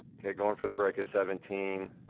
kay, goin' for the break at seventeen.